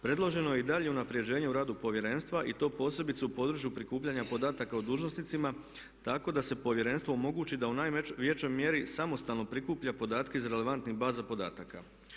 Predloženo je i dalje unapređenje u radu Povjerenstva i to posebice u području prikupljanja podataka o dužnosnicima tako da se Povjerenstvu omogući sa u najvećoj mjeri samostalno prikuplja podatke iz relevantnih baza podataka.